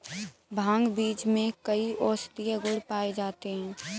भांग बीज में कई औषधीय गुण पाए जाते हैं